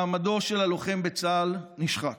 מעמדו של לוחם בצה"ל נשחק,